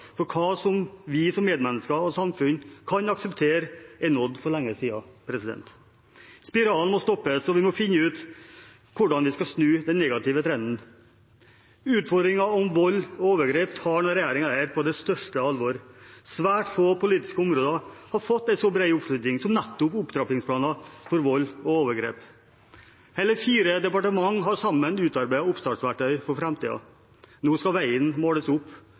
for hva vi som medmennesker og samfunn kan akseptere, er nådd for lenge siden. Spiralen må stoppes, og vi må finne ut hvordan vi skal snu den negative trenden. Utfordringen med vold og overgrep tar denne regjeringen på det største alvor. Svært få politiske områder har fått en så bred oppslutning som nettopp opptrappingsplanen mot vold og overgrep. Hele fire departement har sammen utarbeidet oppstartsverktøy for framtiden. Nå skal veien måles opp